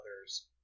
others